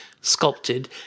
sculpted